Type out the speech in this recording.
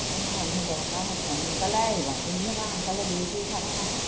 সেইকাৰণে মানুহ দৰকাৰ হৈছে সোনকালে আহিবা তুমি আনকালে দেৰি কৰি থাকা নহয়